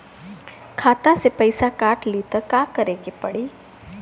खाता से पैसा काट ली त का करे के पड़ी?